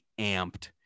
amped